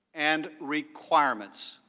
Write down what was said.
and requirements.